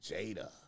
Jada